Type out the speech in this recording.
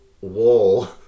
wall